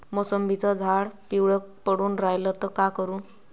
मोसंबीचं झाड पिवळं पडून रायलं त का करू?